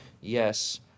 Yes